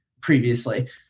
previously